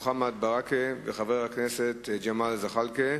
של חברי הכנסת מוחמד ברכה וג'מאל זחאלקה: